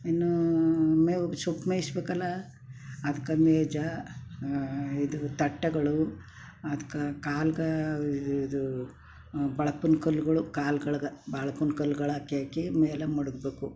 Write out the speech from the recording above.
ಇನ್ನೂ ಮೇವಿಗೆ ಸೊಪ್ಪು ಮೇಯಿಸ್ಬೇಕಲ್ಲ ಅದ್ಕೆ ಮೇಜ ಇದು ತಟ್ಟೆಗಳು ಅದ್ಕೆ ಕಾಲ್ಗೆ ಇದು ಬಳಪದ ಕಲ್ಗಳು ಕಾಲ್ಗಳ್ಗೆ ಬಳಪದ ಕಲ್ಗಳು ಹಾಕಿ ಹಾಕಿ ಮೇಲೆ ಮಡಗ್ಬೇಕು